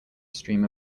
stream